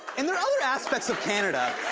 and there are other aspects of canada